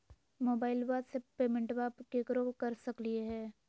मोबाइलबा से पेमेंटबा केकरो कर सकलिए है?